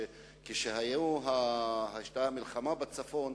כשהיתה המלחמה בצפון,